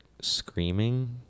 screaming